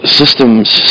systems